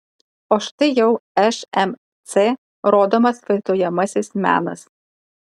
o štai jau šmc rodomas vaizduojamasis menas